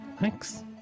Thanks